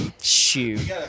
Shoot